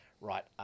right